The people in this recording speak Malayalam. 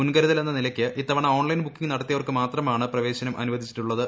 മുൻകരുതലെന്ന നിലയ്ക്ക് ഇത്തവണ ഓൺലൈൻ ബുക്കിംഗ് നടത്തിയവർക്ക് മാത്രമാണ് പ്രവേശനം അനുവദിച്ചിട്ടുള്ളത്